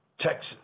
Texas